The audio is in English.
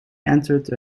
entered